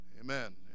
Amen